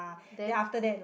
then after that